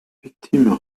victimes